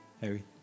Harry